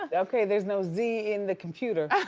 ah okay, there's no z in the computer.